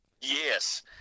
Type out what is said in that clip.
Yes